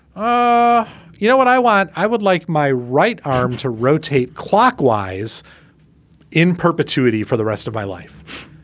ah you know what i want? i would like my right arm to rotate clockwise in perpetuity for the rest of my life.